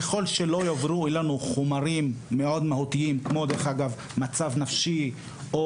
ככל שלא יעבירו אלינו חומרים מאוד מהותיים כמו מצב נפשי או